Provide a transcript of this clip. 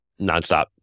Nonstop